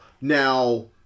Now